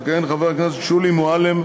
תכהן חברת הכנסת שולי מועלם-רפאלי,